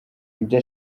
ibyo